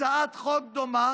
הצעת חוק דומה